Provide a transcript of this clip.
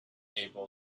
able